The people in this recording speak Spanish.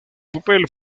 papel